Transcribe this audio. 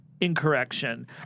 incorrection